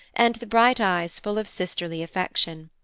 and the bright eyes full of sisterly affection.